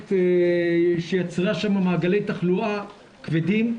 שיצרה שם מעגלי תחלואה כבדים,